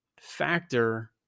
factor